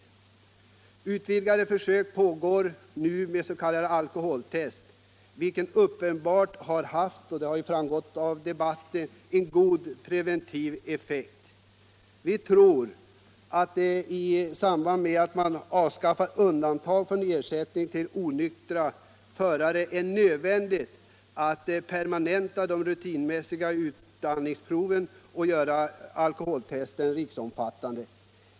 Det utvidgade försök med s.k. alkotest som pågår har uppenbart haft — det har framgått av debatten — en god preventiv effekt. Vi tror att det, i samband med att man avskaffar undantagen för ersättning till onyktra förare, är nödvändigt att permanenta de rutinmässiga utandningsproven och att göra dem riksomfattande.